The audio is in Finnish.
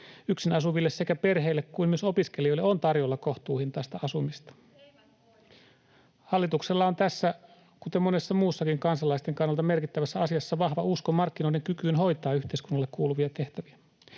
yksin asuville sekä perheille kuin myös opiskelijoille on tarjolla kohtuuhintaista asumista. [Pia Lohikoski: Eivät voi!] Hallituksella on tässä, kuten monessa muussakin kansalaisten kannalta merkittävässä asiassa, vahva usko markkinoiden kykyyn hoitaa yhteiskunnalle kuuluvia tehtäviä.